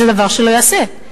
זה דבר שלא ייעשה.